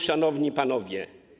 Szanowni Panowie!